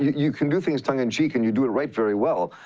you can do things tongue-in-cheek and you do write very well,